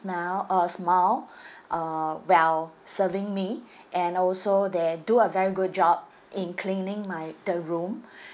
smell uh smile uh while serving me and also they do a very good job in cleaning my the room